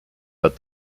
but